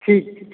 ठीक छै ठीक